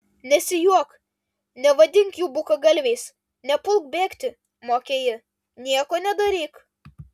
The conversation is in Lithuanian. nesijuok nevadink jų bukagalviais nepulk bėgti mokė ji nieko nedaryk